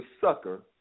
sucker